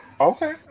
Okay